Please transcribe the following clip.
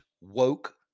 woke